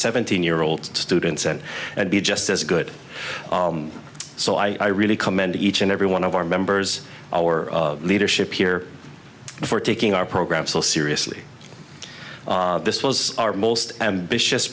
seventeen year old students and be just as good so i really commend each and every one of our members our leadership here for taking our program so seriously this was our most ambitious